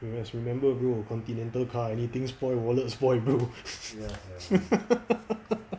you must remember bro continental car anything spoil wallet spoil bro